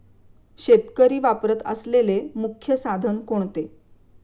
शेतकरी वापरत असलेले मुख्य साधन कोणते?